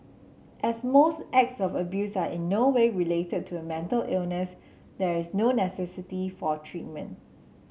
as most acts of abuse are in no way related to a mental illness there is no necessity for treatment